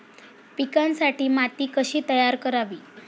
पिकांसाठी माती कशी तयार करावी?